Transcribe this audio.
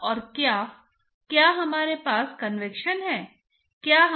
h क्या है